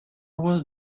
was